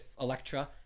Electra